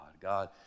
God